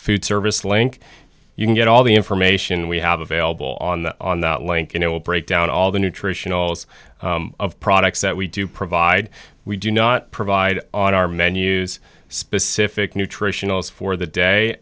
food service link you can get all the information we have available on the on that link it will break down all the nutritionals of products that we do provide we do not provide on our menus specific nutritionals for the day